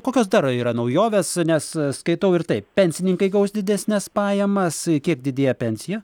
kokios dar yra naujovės nes skaitau ir taip pensininkai gaus didesnes pajamas kiek didėja pensija